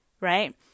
right